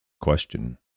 question